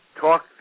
talk